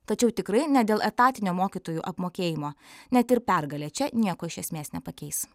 tačiau tikrai ne dėl etatinio mokytojų apmokėjimo net ir pergalė čia nieko iš esmės nepakeis